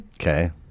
Okay